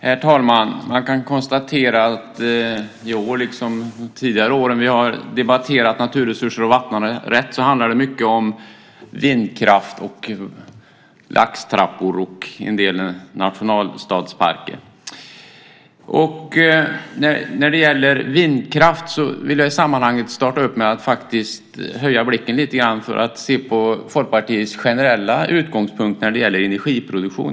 Herr talman! Man kan konstatera att i år, liksom tidigare år när vi har debatterat naturresurser och vattenrätt, handlar det mycket om vindkraft, laxtrappor och en del nationalstadsparker. När det gäller vindkraft vill jag starta med att höja blicken lite grann för att se på Folkpartiets generella utgångspunkt vad gäller energiproduktion.